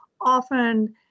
often